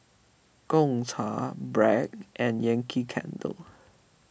Gongcha Bragg and Yankee Candle